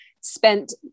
spent